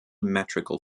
metrical